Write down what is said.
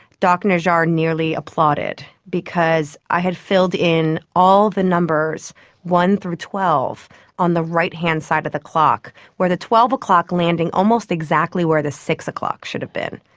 dr najjar nearly applauded because i had filled in all the numbers one through twelve on the right-hand side of the clock, with the twelve o'clock landing almost exactly where the six o'clock should have been,